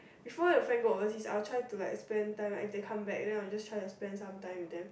before the friend go overseas I'll try to like spend time and they come back and then I'll just like try to spend some times with them